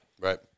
Right